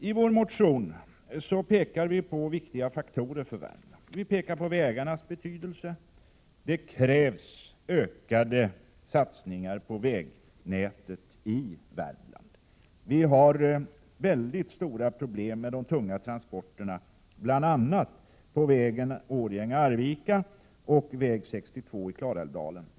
I vår motion pekar vi på viktiga faktorer för Värmland. Vi pekar på vägarnas betydelse. Det krävs ökade satsningar på vägnätet i Värmland. Vi har väldigt stora problem med de tunga transporterna, bl.a. på vägen Årjäng-Arvika och väg 62 i Klarälvsdalen.